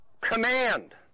Command